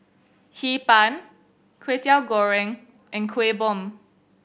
Hee Pan Kwetiau Goreng and Kuih Bom